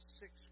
six